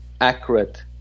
accurate